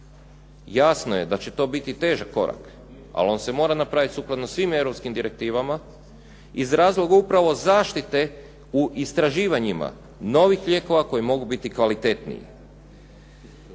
Jasno je da će to biti težak korak ali on se mora napraviti sukladno svim europskim direktivama iz razloga upravo zaštite u istraživanjima novih lijekova koji mogu biti kvalitetniji.